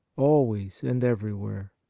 always and everywhere.